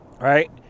Right